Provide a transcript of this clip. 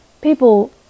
people